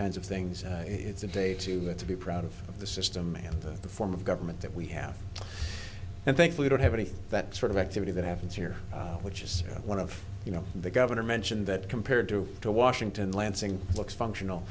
kinds of things it's a day to the to be proud of the system and the form of government that we have and think we don't have anything that sort of activity that happens here which is one of you know the governor mentioned that compared to to washington lansing looks functional